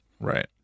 Right